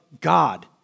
God